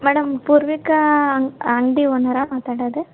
madam Poorvika ಅಂಗ್ ಅಂಗಡಿ ಓನರಾ ಮಾತಾಡೋದು